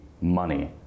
money